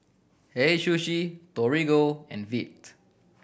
Hei Sushi Torigo and Veet